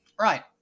Right